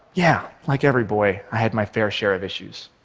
yeah, like every boy, i had my fair share of issues,